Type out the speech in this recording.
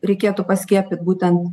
reikėtų paskiepyt būtent